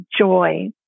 joy